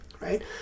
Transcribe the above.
right